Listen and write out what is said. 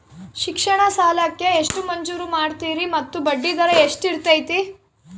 ಶಿಕ್ಷಣ ಸಾಲಕ್ಕೆ ಎಷ್ಟು ಮಂಜೂರು ಮಾಡ್ತೇರಿ ಮತ್ತು ಬಡ್ಡಿದರ ಎಷ್ಟಿರ್ತೈತೆ?